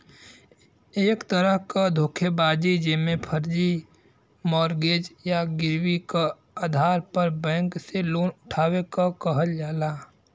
एक तरह क धोखेबाजी जेमे फर्जी मॉर्गेज या गिरवी क आधार पर बैंक से लोन उठावे क कहल जाला